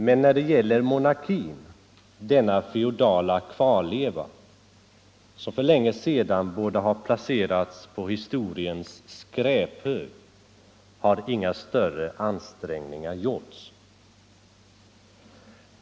Men när det gäller monarkin — denna feodala kvarleva —- som för länge sedan borde ha placerats på historiens skräphög — har inga större ansträngningar gjorts.